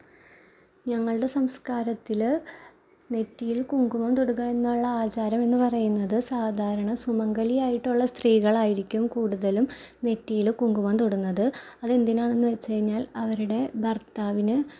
ഞങ്ങളുടെ സംസ്കാരത്തില് നെറ്റിയിൽ കുങ്കുമം തൊടുക എന്നുള്ള ആചാരം എന്ന് പറയുന്നത് സാധാരണ സുമങ്കലി ആയിട്ടുള്ള സ്ത്രീകളായിരിക്കും കൂടുതലും നെറ്റിയിൽ കുങ്കുമം തൊടുന്നത് അത് എന്തിനാണെന്ന് വെച്ച് കഴിഞ്ഞാൽ അവരുടെ ഭർത്താവിന്